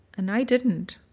and i didn't